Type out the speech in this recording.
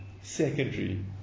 secondary